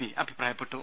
P അഭിപ്രായപ്പെട്ടു